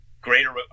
greater